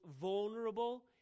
vulnerable